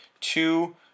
two